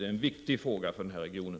Det är en viktig fråga för den här regionen.